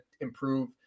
improve